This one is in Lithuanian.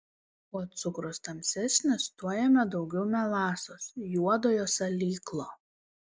kuo cukrus tamsesnis tuo jame daugiau melasos juodojo salyklo